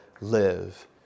live